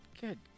Good